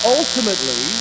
ultimately